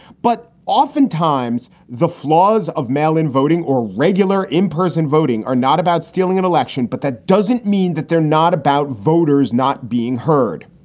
but often times the flaws of mail in voting or regular in-person voting are not about stealing an election. but that doesn't mean that they're not about voters not being heard.